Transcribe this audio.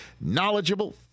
knowledgeable